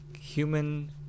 human